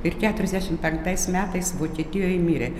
ir keturiasdešim penktais metais vokietijoj mirė